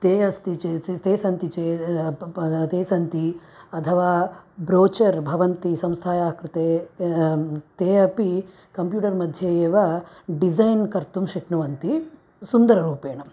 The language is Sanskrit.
ते अस्ति चेत् ते सन्ति चे अप् अप् पा ते सन्ति अथवा ब्रोचर् भवन्ति संस्थायाः कृते गे ते अपि कम्प्यूटर्मध्ये एव डिज़ैन् कर्तुं शक्नुवन्ति सुन्दररूपेण